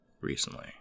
recently